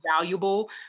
valuable